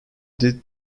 did